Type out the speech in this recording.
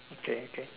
okay okay